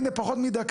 הנה, פחות מדקה.